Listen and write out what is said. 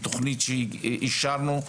בתוכנית שאישרנו,